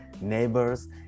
neighbors